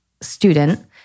student